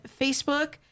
Facebook